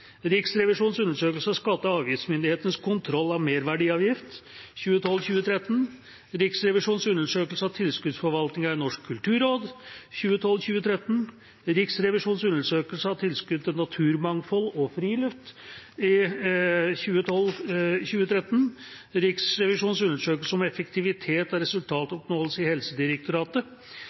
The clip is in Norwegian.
Riksrevisjonens undersøkelse av skatte- og avgiftsmyndighetenes kontroll av merverdiavgift 2012–2013, Riksrevisjonens undersøkelse av tilskuddsforvaltningen i Norsk kulturråd 2012–2013, Riksrevisjonens undersøkelse av tilskudd til naturmangfold og friluftsliv 2012–2013, Riksrevisjonens undersøkelse om effektivitet og resultatoppnåelse i Helsedirektoratet